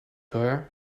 her